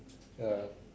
ya